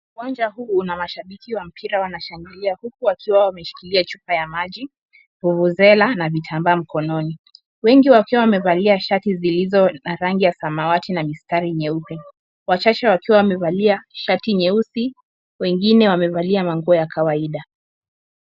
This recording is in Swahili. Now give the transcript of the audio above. Uwanja huu una mashabiki wa mpira wanashangilia huku wakiwa wameshikilia chupa ya maji, vuvuzela na vitambaa mkononi wengi wakiwa wamevalia shati zilizo na rangi ya samawati na mistari nyeupe wachache wakiwa wamevalia shati nyeusi, wengine wamevalia manguo ya kawaida.